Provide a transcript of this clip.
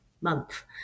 month